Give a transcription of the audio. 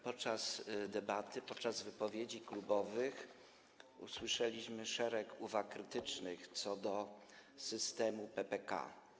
Podczas debaty, podczas wypowiedzi klubowych usłyszeliśmy szereg uwag krytycznych co do systemu PPK.